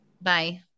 Bye